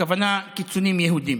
הכוונה לקיצונים יהודים.